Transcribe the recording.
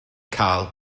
cael